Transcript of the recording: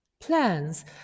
plans